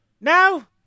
now